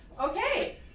Okay